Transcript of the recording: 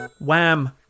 Wham